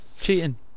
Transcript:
cheating